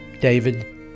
David